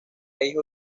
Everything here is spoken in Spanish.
hijo